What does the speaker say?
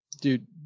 Dude